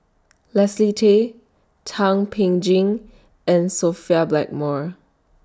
Leslie Tay Thum Ping Tjin and Sophia Blackmore